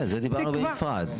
על זה דיברנו בנפרד,